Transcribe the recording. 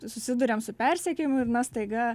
susiduriam su persekiojimu ir na staiga